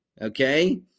okay